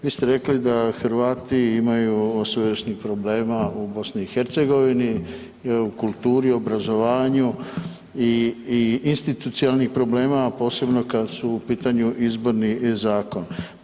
Vi ste rekli da Hrvati imaju svojevrsnih problema u BiH i u kulturi i obrazovanju i institucionalnih problema, a posebno kada su u pitanju izborni zakon.